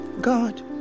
God